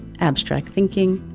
abstract thinking,